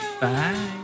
Bye